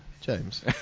James